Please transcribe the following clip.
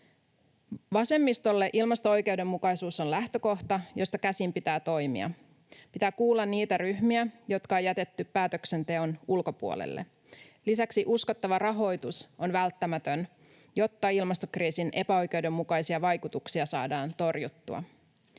Vasemmistolle ilmasto-oikeudenmukaisuus on lähtökohta, josta käsin pitää toimia. Pitää kuulla niitä ryhmiä, jotka on jätetty päätöksenteon ulkopuolelle. Lisäksi uskottava rahoitus on välttämätön, jotta ilmastokriisin epäoikeudenmukaisia vaikutuksia saadaan torjuttua.